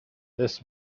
this